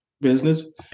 business